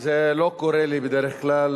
זה לא קורה לי בדרך כלל,